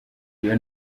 iyo